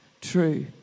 true